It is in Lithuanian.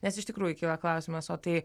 nes iš tikrųjų kyla klausimas o tai